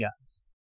guns